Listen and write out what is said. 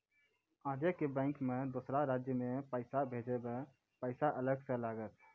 आजे के बैंक मे दोसर राज्य मे पैसा भेजबऽ पैसा अलग से लागत?